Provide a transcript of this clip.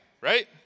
Right